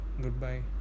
goodbye